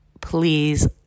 please